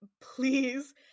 please